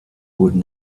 would